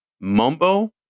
Mumbo